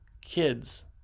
kids